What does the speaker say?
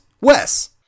wes